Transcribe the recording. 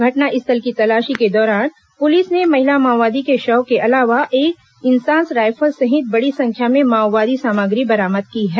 घटनास्थल की तलाशी के दौरान पुलिस ने महिला माओवादी के शव के अलावा एक इंसास रायफल सहित बड़ी संख्या में माओवादी सामग्री बरामद की है